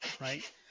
right